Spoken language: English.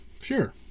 Sure